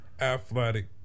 Athletic